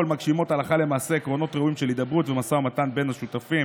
מגשימות הלכה למעשה עקרונות ראויים של הידברות ומשא ומתן בין השותפים